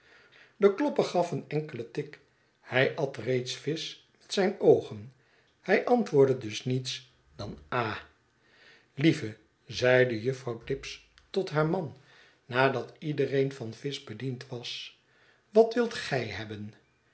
de klopper gaf een enkelen tik hij at reeds visch met zijn oogen hij antwoordde dus niets dan ah lieve zeide juffrouw tibbs tot haar man nadat iedereen van visch bediend was wat wilt gij hebben